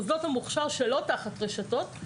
מוסדות המוכש"ר שלא תחת רשתות,